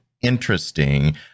interesting